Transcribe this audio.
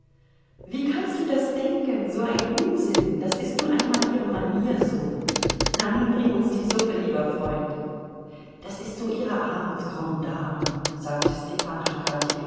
wie kannst du das denken so ein unsinn das ist nun einmal ihre manier so na nun bring uns die suppe lieber freund das ist so ihre art grande dame sagte stepan